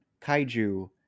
kaiju